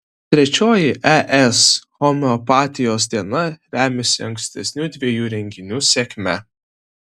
trečioji es homeopatijos diena remiasi ankstesnių dviejų renginių sėkme